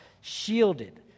Shielded